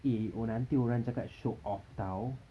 eh oh nanti orang cakap show-off [tau]